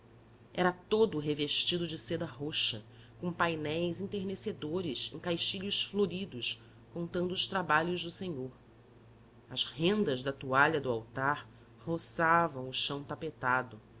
era todo revestido de seda roxa com painéis enternecedores em caixilhos floridos contando os trabalhos do senhor as rendas da toalha do altar roçavam o chão tapetado